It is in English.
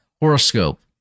horoscope